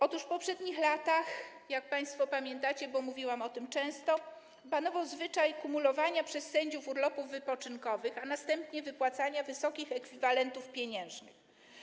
Otóż w poprzednich latach, jak państwo pamiętacie, bo mówiłam o tym często, panował zwyczaj kumulowania przez sędziów urlopów wypoczynkowych, a następnie wypłacania wysokich ekwiwalentów pieniężnych.